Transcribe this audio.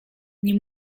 nie